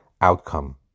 outcome